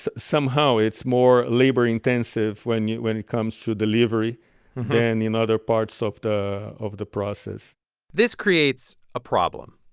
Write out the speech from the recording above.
so somehow, it's more labor intensive when yeah when it comes to delivery than in and other parts of the of the process this creates a problem.